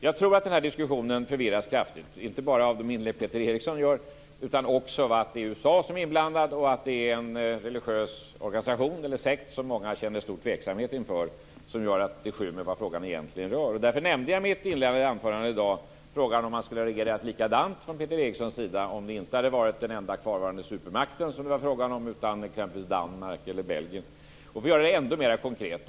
Jag tror att den här diskussionen förvirras kraftigt - inte bara av de inlägg som Peter Eriksson gör, utan också av att det är USA som är inblandat och av att det här är en religiös organisation, eller sekt, som många känner stor tveksamhet inför. Det skymmer vad frågan egentligen handlar om. Därför nämnde jag i mitt inledande anförande i dag frågan om Peter Eriksson hade reagerat likadant om det inte hade varit den enda kvarvarande supermakten det var fråga om utan exempelvis Danmark eller Belgien. Man kan göra det ännu mer konkret.